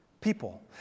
people